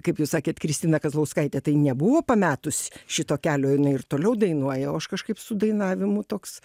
kaip jūs sakėt kristina kazlauskaitė tai nebuvo pametus šito kelio jinai ir toliau dainuoja o aš kažkaip su dainavimu toks